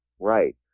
right